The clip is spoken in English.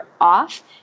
off